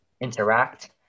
interact